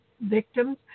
victims